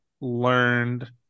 learned